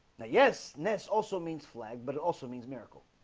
now yes this also means flag, but it also means miracle